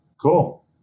Cool